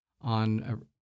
on